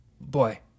boy